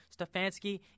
Stefanski